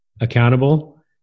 accountable